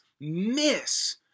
miss